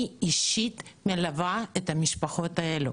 אני אישית מלווה את המשפחות האלה.